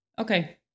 Okay